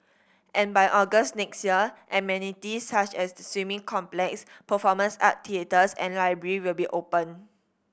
and by August next year amenities such as the swimming complex performance art theatres and library will be open